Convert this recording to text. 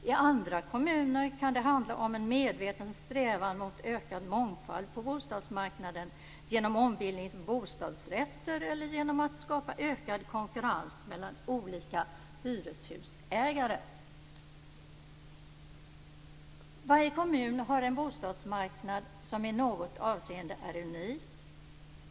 I andra kommuner kan det handla om en medveten strävan mot ökad mångfald på bostadsmarknaden genom ombildning till bostadsrätter eller genom att skapa ökad konkurrens mellan olika hyreshusägare. Varje kommun har en bostadsmarknad som i något avseende är unik.